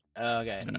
Okay